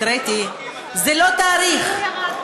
זה לא תאריך,